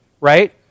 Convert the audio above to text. right